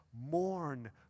mourn